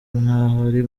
nk’abari